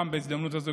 בהזדמנות הזאת,